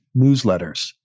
newsletters